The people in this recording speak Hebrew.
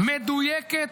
מדויקת,